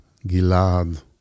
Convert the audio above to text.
Gilad